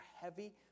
heavy